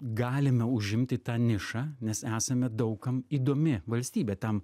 galime užimti tą nišą nes esame daug kam įdomi valstybė tam